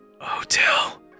hotel